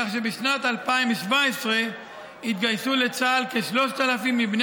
וכך בשנת 2017 התגייסו לצה"ל כ-3,000 מבני